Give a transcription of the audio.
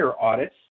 audits